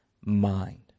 mind